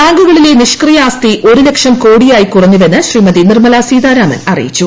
ബാങ്കുകളിലെ നിഷ്ക്രിയ ആസ്തി ഒരുലക്ഷം കോടിയായി കുറഞ്ഞുവെന്ന് ശ്രീമതി നിർമലാ സീതാരാമൻ അറിയിച്ചു